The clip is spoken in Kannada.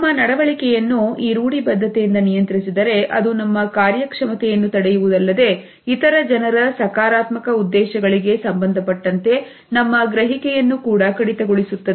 ನಮ್ಮ ನಡವಳಿಕೆಯನ್ನು ಈ ರೂಢಿ ಬದ್ಧತೆಯಿಂದ ನಿಯಂತ್ರಿಸಿದರೆ ಅದು ನಮ್ಮ ಕಾರ್ಯಕ್ಷಮತೆಯನ್ನು ತಡೆಯುವುದಲ್ಲದೆ ಇತರ ಜನರ ಸಕಾರಾತ್ಮಕ ಉದ್ದೇಶಗಳಿಗೆ ಸಂಬಂಧಪಟ್ಟಂತೆ ನಮ್ಮ ಗ್ರಹಿಕೆಯನ್ನು ಕೂಡ ಕಡಿತಗೊಳಿಸುತ್ತದೆ